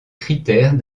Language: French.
critères